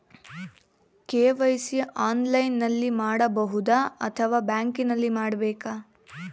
KYC ಆನ್ಲೈನಲ್ಲಿ ಮಾಡಬಹುದಾ ಅಥವಾ ಬ್ಯಾಂಕಿನಲ್ಲಿ ಮಾಡ್ಬೇಕಾ?